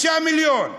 5 מיליון,